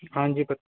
ਹਾਂਜੀ